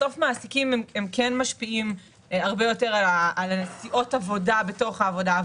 בסוף מעסיקים כן משפיעים הרבה יותר על נסיעות עבודה בתוך העבודה,